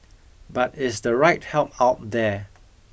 but is the right help out there